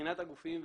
מבחינת הגופים,